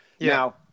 Now